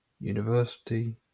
University